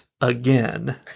again